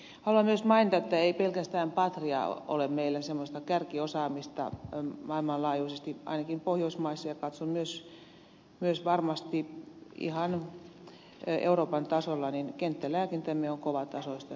haluan myös mainita että ei pelkästään patria ole meillä semmoista kärkiosaamista maailmanlaajuisesti ainakin pohjoismaissa ja katson myös varmasti että ihan euroopan tasolla kenttälääkintämme on kovatasoista